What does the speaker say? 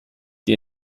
die